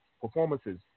performances